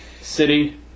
City